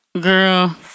Girl